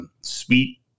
sweet